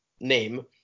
name